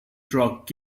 truck